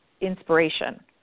inspiration